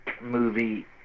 movie